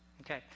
Okay